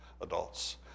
adults